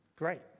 great